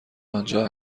آنجا